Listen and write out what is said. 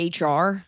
hr